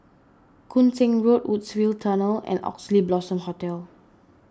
Koon Seng Road Woodsville Tunnel and Oxley Blossom Hotel